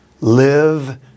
live